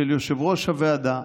של, יושב-ראש הוועדה.